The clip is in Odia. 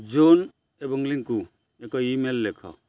ଜୋନ୍ ଏବଂ ଲିଙ୍କୁ ଏକ ଇମେଲ୍ ଲେଖ